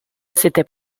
c’était